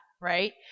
Right